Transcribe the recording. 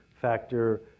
factor